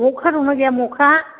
मोख्रा दंना गैया मोख्रा